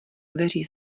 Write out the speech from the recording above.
dveří